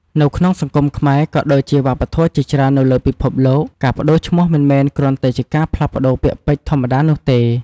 នៅក្នុងសង្គមខ្មែរ ក៏ដូចជាវប្បធម៌ជាច្រើននៅលើពិភពលោក ការប្ដូរឈ្មោះមិនមែនគ្រាន់តែជាការផ្លាស់ប្ដូរពាក្យពេចន៍ធម្មតានោះទេ។